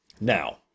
Now